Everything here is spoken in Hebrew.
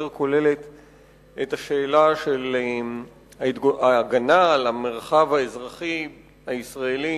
כוללת את השאלה של ההגנה על המרחב האזרחי הישראלי